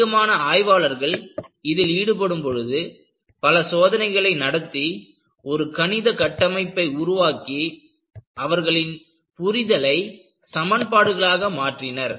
அதிகமான ஆய்வாளர்கள் இதில் ஈடுபடும்போது பல சோதனைகளை நடத்தி ஒரு கணித கட்டமைப்பை உருவாக்கி அவர்களின் புரிதலை சமன்பாடுகளாக மாற்றினர்